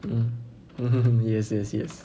mm hmm hmm hmm yes yes yes